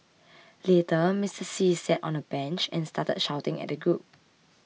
later Mister See sat on a bench and started shouting at the group